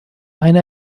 eine